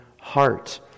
heart